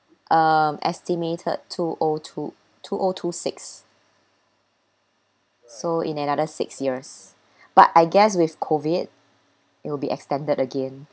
um estimated two O two two O two six so in another six years but I guess with COVID it will be extended again